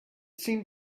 seemed